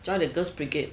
join the girl's brigade